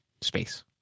space